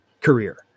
career